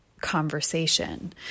conversation